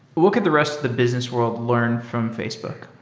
what could the rest of the business world learn from facebook?